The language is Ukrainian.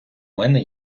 мене